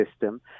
system